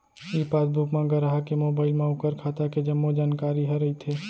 ई passbook म गराहक के मोबाइल म ओकर खाता के जम्मो जानकारी ह रइथे